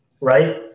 right